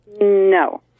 No